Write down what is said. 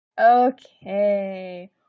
Okay